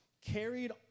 carried